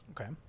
Okay